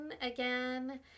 again